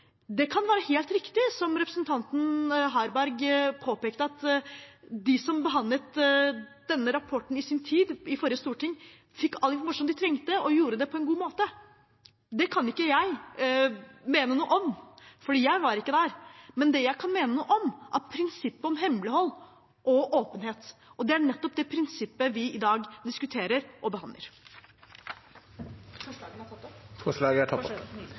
Det kan være helt riktig, som representanten Harberg påpekte, at de som behandlet denne rapporten i sin tid, i forrige storting, fikk all informasjon de trengte, og gjorde det på en god måte. Det kan ikke jeg mene noe om, for jeg var ikke der. Men det jeg kan mene noe om, er prinsippet om hemmelighold og åpenhet, og det er nettopp det prinsippet vi i dag diskuterer og behandler. Kontroll- og konstitusjonskomiteen har